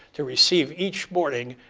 to receive each morning,